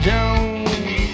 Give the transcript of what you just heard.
Jones